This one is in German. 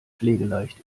pflegeleicht